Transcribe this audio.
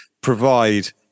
provide